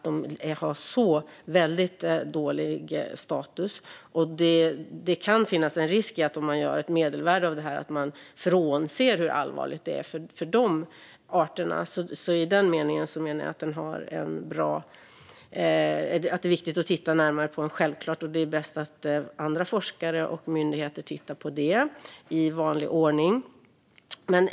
De har väldigt dålig status, och om man bara ser till medelvärdet kan det finnas en risk för att man missar hur allvarligt det är för de arterna. I den meningen menar jag att det är viktigt att titta närmare på den. Det är bäst att andra forskare och myndigheter gör det i vanlig ordning.